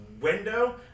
window